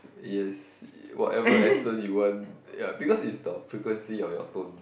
yes whatever accent you want ya because is the frequency of your tone